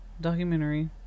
documentary